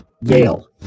Yale